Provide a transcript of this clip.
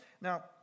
Now